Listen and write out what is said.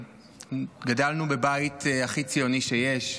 גדלנו בבית הכי ציוני שיש.